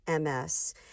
ms